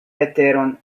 veteron